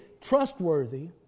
trustworthy